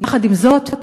יחד עם זאת,